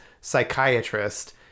psychiatrist